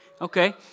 Okay